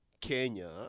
kenya